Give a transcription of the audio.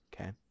okay